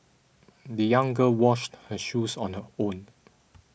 the young girl washed her shoes on her own